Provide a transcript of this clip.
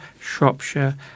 Shropshire